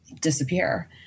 disappear